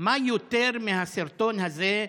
מה צריך יותר מהסרטון הזה,